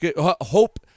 Hope